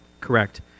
Correct